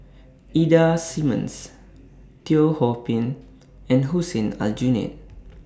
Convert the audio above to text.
Ida Simmons Teo Ho Pin and Hussein Aljunied